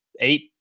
eight